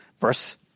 verse